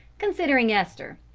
considering esther.